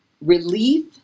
relief